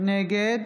נגד